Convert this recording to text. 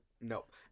Nope